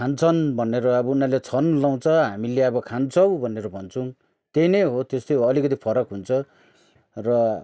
खान्छन् भनेर अब उनीहरूले छन् लाउँछ हामीले अब खान्छौ भनेर भन्छौँ त्यही नै हो त्यस्तै हो अलिकति फरक हुन्छ र